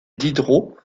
diderot